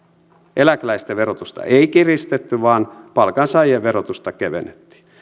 eläkeläisten verotusta ei kiristetty vaan palkansaajien verotusta kevennettiin